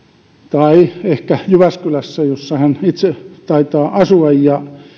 tai ehkä jyväskylässä jossa hän itse taitaa asua